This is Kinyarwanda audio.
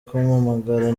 kumpamagara